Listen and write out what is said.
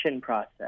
process